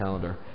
calendar